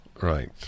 Right